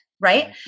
right